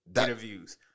interviews